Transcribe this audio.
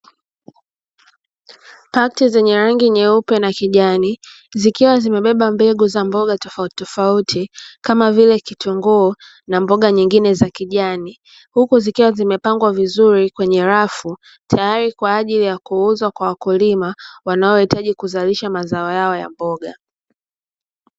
Pakiti zenye rangi nyeupe na kijani zikiwa zimebeba mbegu za mboga tofautitofauti kama vile kitunguu na mboga nyingine za kijani; huku zikiwa zimepangwa vizuri kwenye rafu, tayari kwa ajili ya kuuzwa kwa wakulima wanaohitaji kuzalisha mazao yao ya mboga.